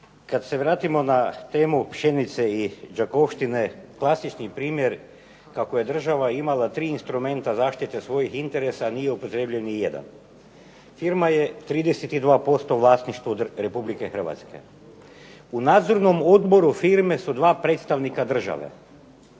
kad se vratimo na temu pšenice i Đakovštine klasični primjer kako je država imala tri instrumenta zaštite svojih interesa, a nije upotrijebljen ni jedan. Firma je 32% u vlasništvu Republike Hrvatske. U nadzornom odboru firme su dva predstavnika države.